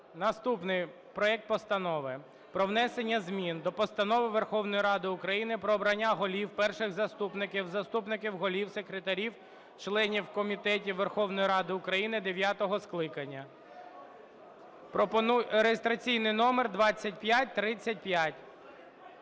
наступний проект Постанови про внесення змін до Постанови Верховної Ради України "Про обрання голів, перших заступників, заступників голів, секретарів, членів комітетів Верховної Ради України дев'ятого скликання" (реєстраційний номер 2535).